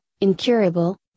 incurable